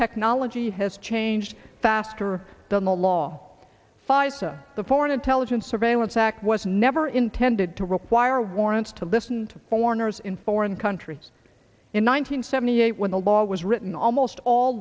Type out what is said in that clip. technology has changed faster than the law pfizer the foreign intelligence surveillance act was never intended to require warrants to listen to foreigners in foreign countries in one nine hundred seventy eight when the law was written almost all